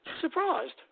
Surprised